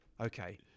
Okay